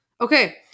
Okay